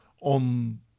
on